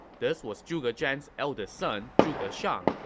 this was zhuge zhan's eldest son, zhuge shang,